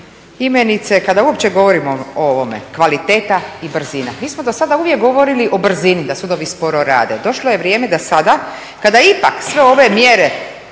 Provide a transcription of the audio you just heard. imenice kada uopće govorimo o ovome, kvaliteta i brzina. Mi smo do sada uvijek govorili o brzini, da sudovi sporo rade. Došlo je vrijeme da sada kada ipak sve ove mjere,